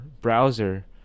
browser